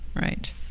Right